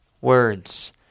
words